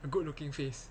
a good looking face